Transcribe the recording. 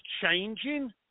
changing